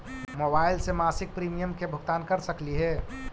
Mobile से मासिक premium के भुगतान कर सकली हे?